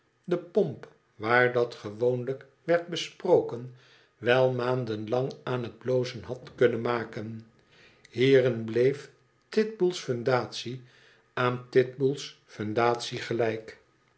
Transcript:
de pomp waar dat gewoonlijk werd besproken wel maanden lang aan t blozen had kunnen maken hierin bleef titbull's fundatie aan titbull's fundatie gelijk